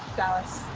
dallas.